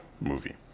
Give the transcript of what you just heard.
movie